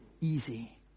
easy